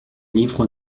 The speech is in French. livre